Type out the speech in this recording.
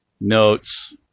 notes